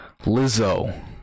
Lizzo